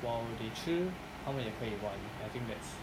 while they 吃他们也可以玩 I think that's